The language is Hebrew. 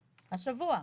השבוע,